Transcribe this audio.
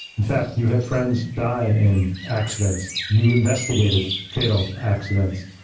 in fact, you had friends die in accidents, you investigated fatal accidents.